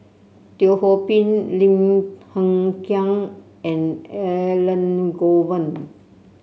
Teo Ho Pin Lim Hng Kiang and Elangovan